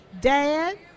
Dad